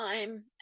time